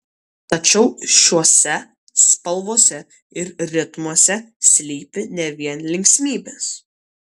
tačiau šiose spalvose ir ritmuose slypi ne vien linksmybės